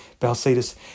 Balsitis